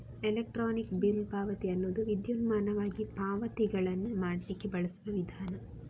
electronic bill ಪಾವತಿ ಅನ್ನುದು ವಿದ್ಯುನ್ಮಾನವಾಗಿ ಪಾವತಿಗಳನ್ನ ಮಾಡ್ಲಿಕ್ಕೆ ಬಳಸುವ ವಿಧಾನ